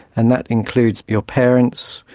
and that includes your parents,